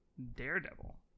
daredevil